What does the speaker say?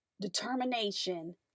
determination